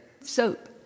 soap